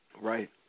Right